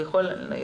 יוכל